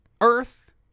Earth